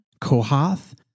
Kohath